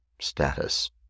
status